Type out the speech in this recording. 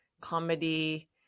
comedy